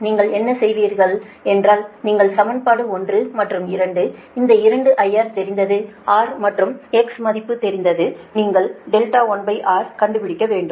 நீங்கள் என்ன செய்வீர்கள் என்றால் நீங்கள் சமன்பாடு 1 மற்றும் 2 இந்த 2 IR தெரிந்தது R மற்றும் X மதிப்பு தெரிந்தது நீங்கள் R1 கண்டு பிடிக்க வேண்டும்